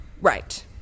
Right